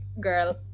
girl